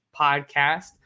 podcast